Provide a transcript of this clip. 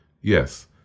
yes